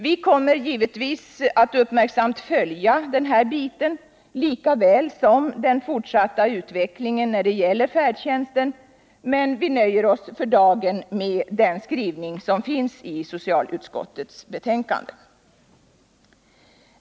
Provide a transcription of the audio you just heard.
Vi kommer givetvis att uppmärksamt följa upp den biten lika väl som hela den fortsatta utvecklingen när det gäller färdtjänsten, men vi nöjer oss för dagen med den skrivning som finns i utskottets betänkande.